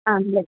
ആണല്ലേ